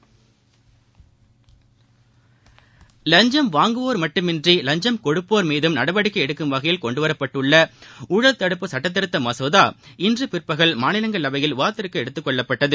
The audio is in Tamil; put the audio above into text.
வஞ்சம் வாங்குவோர் மட்டுமின்றி வஞ்சம் கொடுப்போர் மீதம் நடவடிக்கை எடுத்கும் வகையில் கொண்டுவரப்பட்டுள்ள ஊழல் தடுப்பு சுட்டத்திருத்த மசோதா இன்று பிற்பகல் மாநிலங்களவையில் விவாத்திற்கு எடுத்துக்கொள்ளப்பட்டது